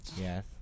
Yes